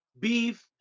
Beef